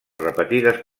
repetides